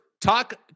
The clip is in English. talk